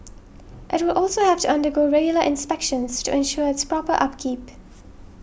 it will also have to undergo regular inspections to ensure its proper upkeep